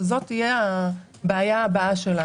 זו תהיה הבעיה הבאה שלנו.